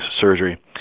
surgery